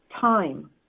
time